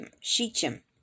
Shechem